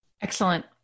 Excellent